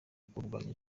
ukurwanya